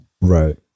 Right